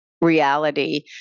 reality